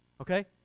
Okay